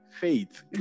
faith